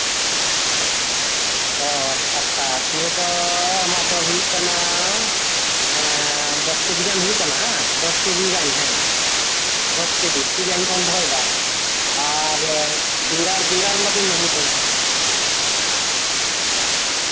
ᱚ ᱟᱪᱪᱷᱟ ᱟᱛᱟᱞᱦᱮ ᱟᱢᱟᱜ ᱫᱚ ᱦᱩᱭᱩᱜ ᱠᱟᱱᱟ ᱮᱸ ᱫᱚᱥ ᱠᱤᱡᱤ ᱜᱟᱱ ᱦᱩᱭᱩᱜ ᱠᱟᱱᱟ ᱫᱚᱥ ᱠᱤᱡᱤ ᱜᱟᱱ ᱦᱮᱸ ᱫᱚᱥ ᱠᱤᱡᱤ ᱴᱷᱤᱠ ᱜᱮᱭᱟᱧ ᱚᱞ ᱫᱚᱦᱚᱭᱮᱫᱟ ᱟᱨ ᱤᱭᱟᱹ ᱚᱱᱟ ᱵᱮᱸᱜᱟᱬ ᱚᱱᱟ ᱵᱮᱸᱜᱟᱬ ᱞᱟᱫᱮᱭ ᱢᱮ ᱱᱤᱛᱳᱝ